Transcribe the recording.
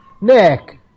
Nick